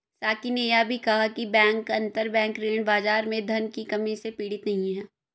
साकी ने यह भी कहा कि बैंक अंतरबैंक ऋण बाजार में धन की कमी से पीड़ित नहीं हैं